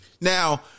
Now